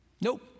Nope